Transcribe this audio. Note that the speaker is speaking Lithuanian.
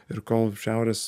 ir kol šiaurės